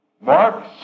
Mark